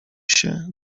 się